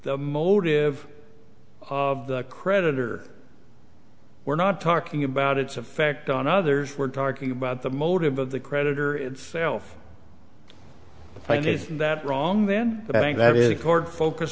the motive of the creditor we're not talking about its effect on others we're talking about the motive of the creditor itself if i did that wrong then